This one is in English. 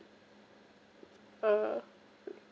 uh